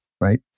right